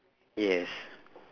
yes